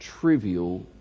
trivial